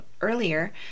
earlier